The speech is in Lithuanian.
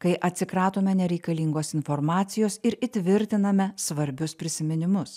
kai atsikratome nereikalingos informacijos ir įtvirtiname svarbius prisiminimus